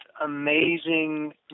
amazing